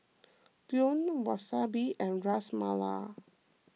Pho Wasabi and Ras Malai